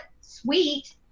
sweet